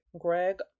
Greg